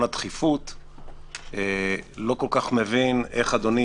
הדחיפות אני לא כל כך מבין איך אדוני,